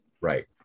right